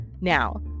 Now